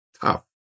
tough